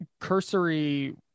cursory